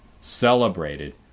celebrated